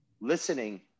Listening